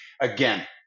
Again